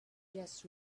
just